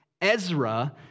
Ezra